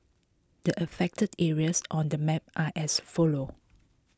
the affected areas on the map are as follow